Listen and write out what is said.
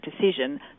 decision